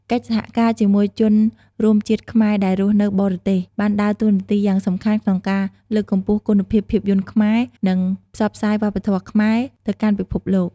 កិច្ចសហការជាមួយជនរួមជាតិខ្មែរដែលរស់នៅបរទេស បានដើរតួនាទីយ៉ាងសំខាន់ក្នុងការ លើកកម្ពស់គុណភាពភាពយន្តខ្មែរ និង ផ្សព្វផ្សាយវប្បធម៌ខ្មែរ ទៅកាន់ពិភពលោក។